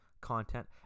content